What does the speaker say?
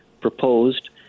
proposed